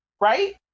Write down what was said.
Right